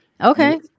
Okay